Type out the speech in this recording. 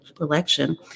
election